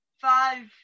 five